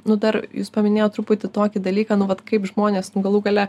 nu dar jūs paminėjot truputį tokį dalyką nu vat kaip žmonės nu galų gale